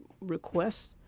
requests